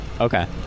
Okay